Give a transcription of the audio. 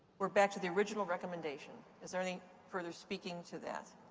we're back to the original recommendation. is there any further speaking to that?